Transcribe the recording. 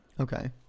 Okay